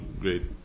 great